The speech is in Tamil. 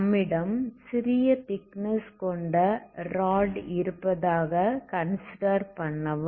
நம்மிடம் சிறிய திக்னெஸ் கொண்ட ராட் இருப்பதாக கன்சிடர் பண்ணவும்